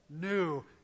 new